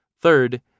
Third